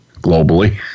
globally